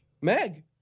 Meg